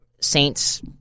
Saints